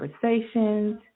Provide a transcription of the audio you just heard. conversations